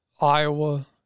Iowa